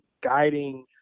guiding